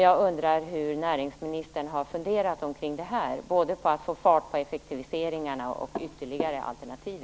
Jag undrar hur näringsministern har funderat omkring detta, alltså om att få fart på effektiviseringarna och om ytterligare alternativ.